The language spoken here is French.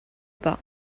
pas